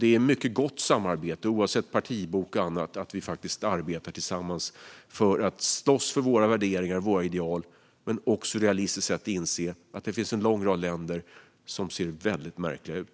Det är ett mycket gott samarbete, oavsett partibok och annat. Vi arbetar och slåss tillsammans för våra värderingar och ideal, samtidigt som vi realistiskt sett inser att det finns en lång rad länder som ser väldigt märkliga ut.